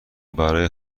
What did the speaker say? برای